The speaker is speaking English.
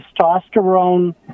testosterone